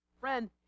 Friend